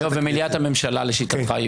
ומליאת הממשלה לשיטתך?